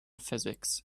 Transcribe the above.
physics